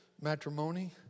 matrimony